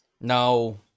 No